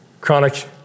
Chronic